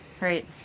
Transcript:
Right